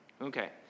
Okay